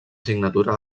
signatura